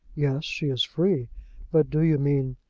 yes, she is free but do you mean?